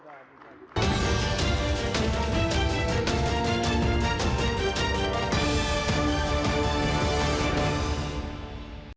Дякую.